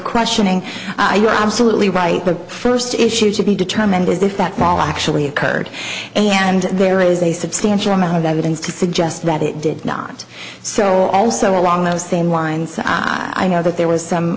questioning you're absolutely right the first issue to be determined is if that fall actually occurred and there is a substantial amount of evidence to suggest that it did not so also along those same lines i know that there was some